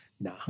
Nah